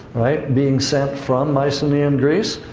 right, being sent from mycenean greece.